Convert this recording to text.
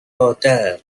hotel